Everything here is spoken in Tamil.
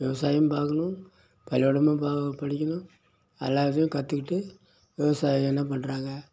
விவசாயமும் பார்க்கணும் பள்ளிக்கூடமும் படிக்கணும் எல்லாத்தையும் கற்றுக்கிட்டு விவசாயி என்ன பண்ணுறாங்க